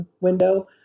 window